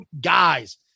guys